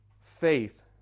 faith